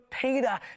Peter